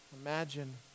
Imagine